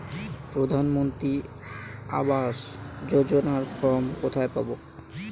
প্রধান মন্ত্রী আবাস যোজনার ফর্ম কোথায় পাব?